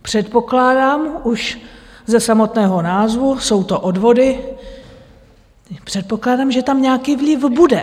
Předpokládám už ze samotného názvu jsou to odvody předpokládám, že tam nějaký vliv bude.